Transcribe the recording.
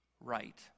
right